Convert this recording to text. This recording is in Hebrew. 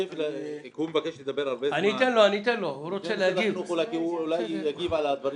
הוא מבקש לדבר הרבה זמן, עדיף אולי שידבר בסוף.